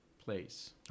Place